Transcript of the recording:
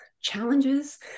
challenges